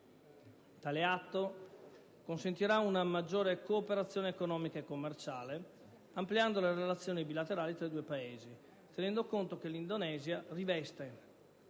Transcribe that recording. Tale atto consentirà una maggiore cooperazione economica e commerciale, ampliando le relazioni bilaterali tra i due Paesi, tenendo conto che l'Indonesia riveste